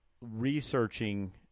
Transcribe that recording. researching